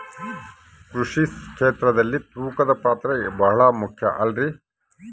ಕೃಷಿ ಕ್ಷೇತ್ರದಲ್ಲಿ ತೂಕದ ಪಾತ್ರ ಬಹಳ ಮುಖ್ಯ ಅಲ್ರಿ?